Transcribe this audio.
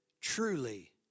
truly